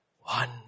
One